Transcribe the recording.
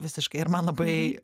visiškai ir man labai